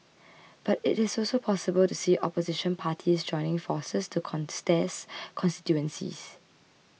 but it is also possible to see Opposition parties joining forces to contest constituencies